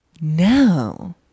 no